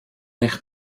eich